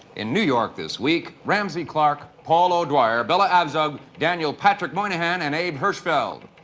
in new york this week, ramsey clark, paul o'dwyer, bella abzug, daniel patrick moynihan, and abe hirschfeld.